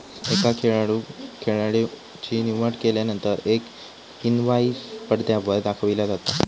एका खेळाडूं खेळाची निवड केल्यानंतर एक इनवाईस पडद्यावर दाखविला जाता